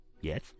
Yes